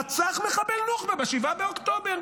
רצח מחבל נוח'בה ב-7 באוקטובר.